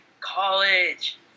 college